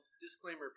Disclaimer